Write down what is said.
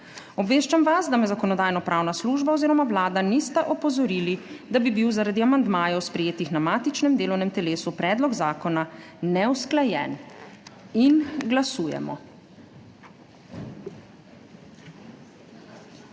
Obveščam vas, da me Zakonodajno-pravna služba oziroma Vlada nista opozorili, da bi bil zaradi amandmajev, sprejetih na matičnem delovnem telesu, predlog zakona neusklajen. Glasujemo.